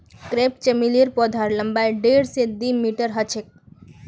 crepe चमेलीर पौधार लम्बाई डेढ़ स दी मीटरेर ह छेक